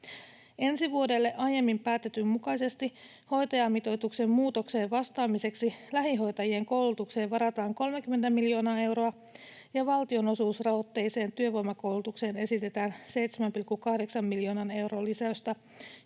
jatketaan. Aiemmin päätetyn mukaisesti hoitajamitoituksen muutokseen vastaamiseksi lähihoitajien koulutukseen varataan ensi vuodelle 30 miljoonaa euroa, ja valtionosuusrahoitteiseen työvoimakoulutukseen esitetään 7,8 miljoonan euron lisäystä,